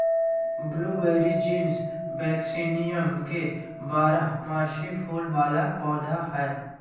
blueberry genus Vaccinium के बारहमासी फूल वला पौधा हइ